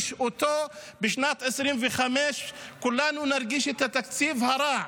בשנת 2025 כולנו נרגיש את התקציב הרע,